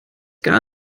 gar